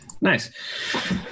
Nice